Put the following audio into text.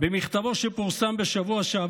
במכתבו שפורסם בשבוע שעבר,